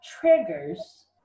triggers